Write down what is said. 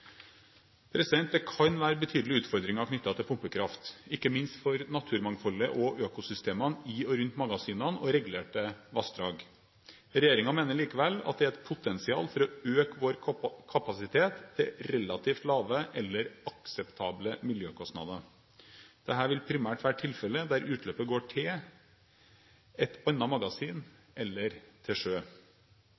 Det kan være betydelige utfordringer knyttet til pumpekraft, ikke minst for naturmangfoldet og økosystemene i og rundt magasinene og regulerte vassdrag. Regjeringen mener likevel at det er et potensial for å øke vår kapasitet til relativt lave eller akseptable miljøkostnader. Dette vil primært være tilfellet der utløpet går til et annet magasin